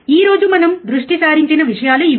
ఈ రోజు మనం దృష్టి సారించిన విషయాలు ఇవి